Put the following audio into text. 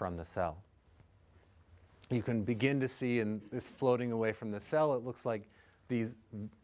and you can begin to see in this floating away from the cell it looks like these